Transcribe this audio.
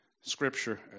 Scripture